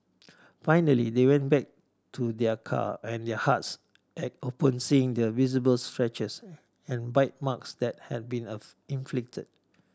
finally they went back to their car and their hearts ached upon seeing the visible scratches and bite marks that had been inflict